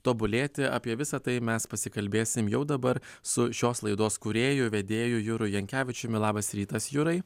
tobulėti apie visa tai mes pasikalbėsim jau dabar su šios laidos kūrėju vedėju juru jankevičiumi labas rytas jurai